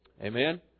Amen